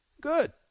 Good